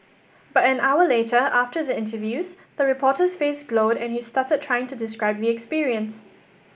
but an hour later after the interviews the reporter's face glowed and he stuttered trying to describe the experience